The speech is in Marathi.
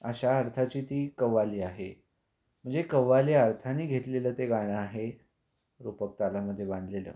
अशा अर्थाची ती कव्वाली आहे म्हणजे कव्वाली अर्थाने घेतलेलं ते गाणं आहे रूपक तालामध्ये बांधलेलं